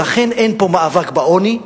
ולכן, אין פה מאבק בעוני,